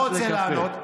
לא רוצה לענות,